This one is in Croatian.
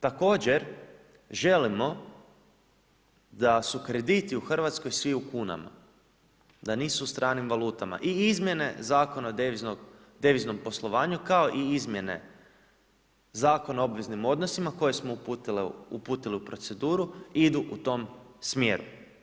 Također želimo da su krediti u Hrvatskoj svi u kunama, da nisu u stranim valutama i izmjene Zakona o deviznom poslovanju kao i izmjene Zakona o obveznim odnosima, koje smo uputili u proceduru idu u tom smjeru.